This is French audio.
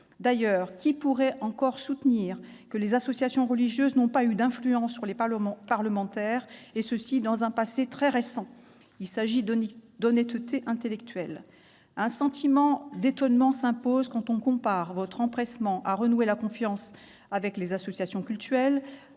D'ailleurs, qui pourrait encore soutenir que les associations religieuses n'ont pas eu d'influence sur les parlementaires, et cela dans un passé très récent ? C'est une question d'honnêteté intellectuelle. Un sentiment d'étonnement s'impose quand on compare votre empressement à renouer la confiance avec les associations cultuelles